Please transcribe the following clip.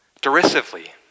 derisively